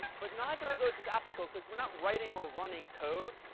but neither of those is applicable, because we're not writing or running code.